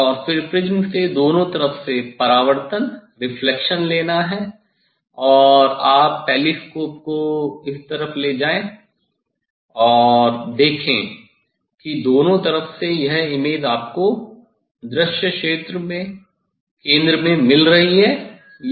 और फिर प्रिज्म से दोनों तरफ से परावर्तन लेना है और आप टेलीस्कोप को इस तरफ ले जाएं और देखें कि दोनों तरफ से यह इमेज आपको दृश्य क्षेत्र के केंद्र में मिल रही है या नहीं